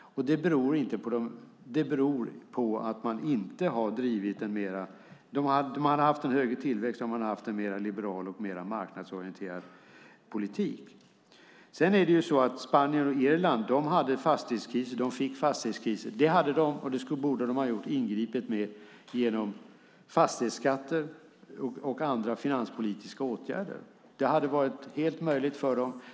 De hade haft en högre tillväxt om de hade haft en mer liberal och marknadsorienterad politik. Spanien och Irland fick fastighetskriser, och det borde de ha ingripit mot genom fastighetsskatter och andra finanspolitiska åtgärder. Det hade varit helt möjligt för dem.